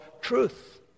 truth